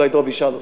אולי דב ישאל אותי,